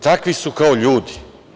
Takvi su kao ljudi.